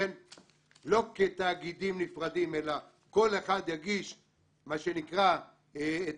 לא כתאגידים נפרדים אלא כל אחד יגיש מה שנקרא את